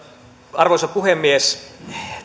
arvoisa puhemies